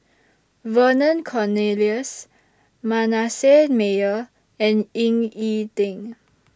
Vernon Cornelius Manasseh Meyer and Ying E Ding